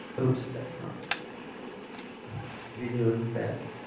oops that's not videos that's